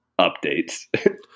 updates